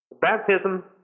baptism